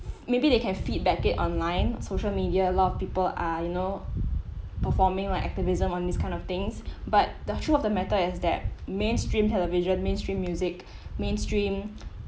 maybe they can feedback it online social media a lot of people are you know performing like activism on these kind of things but the truth of the matter as that mainstream television mainstream music mainstream